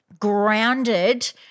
grounded